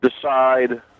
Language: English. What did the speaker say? decide